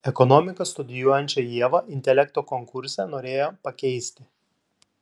ekonomiką studijuojančią ievą intelekto konkurse norėjo pakeisti